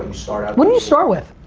um start out what'd you start with?